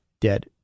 dead